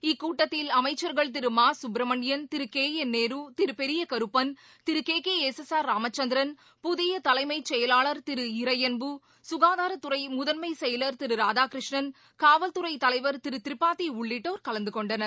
இக்கூட்டத்தில் அமைச்சர்கள் Thiru Ma Subramanian Thiru K N Nehru Thiru Periyakaruppan Thiru K K S S R Ramachandran புதிய தலைமைச் செயலாளர் திரு இறையன்பு சுகாதாரத்துறை முதன்மை சுயலர் திரு இராதாகிருஷ்ணன் காவல்துறை தலைவர் திரு திரிபாதி உள்ளிட்டோர் கலந்து கொண்டனர்